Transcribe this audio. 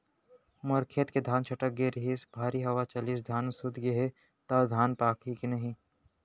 मोर खेत के धान छटक गे रहीस, भारी हवा चलिस, धान सूत गे हे, त धान पाकही के नहीं?